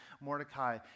Mordecai